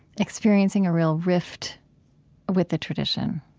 experiencing a real rift with the tradition